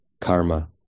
karma